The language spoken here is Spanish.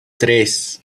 tres